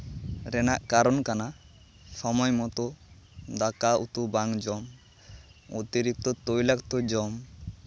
ᱨᱮᱱᱟᱜ ᱠᱟᱨᱚᱱ ᱠᱟᱱᱟ ᱥᱚᱢᱚᱭ ᱢᱚᱛᱳ ᱫᱟᱠᱟᱼᱩᱛᱩ ᱵᱟᱝ ᱡᱚᱢ ᱚᱛᱤᱨᱤᱠᱛᱚ ᱛᱳᱭᱞᱟᱠᱛᱚ ᱡᱚᱢ